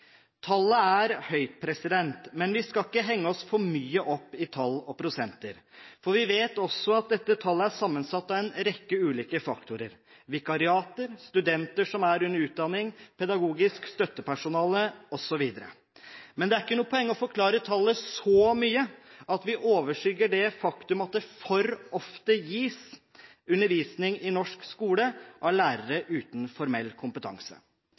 Tallet er høyt, men vi skal ikke henge oss for mye opp i tall og prosenter. Vi vet at dette tallet er sammensatt av en rekke ulike faktorer – vikariater, studenter som er under utdanning, pedagogisk støttepersonale osv. Det er ikke noe poeng i å forklare tallet så mye at vi overskygger det faktum at det i norsk skole for ofte gis undervisning av lærere uten formell kompetanse.